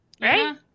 Right